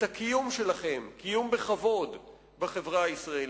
את הקיום שלכם, קיום בכבוד בחברה הישראלית.